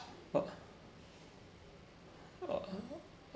uh uh